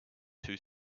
too